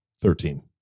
Thirteen